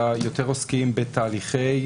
אלא יותר עוסקים בתהליכי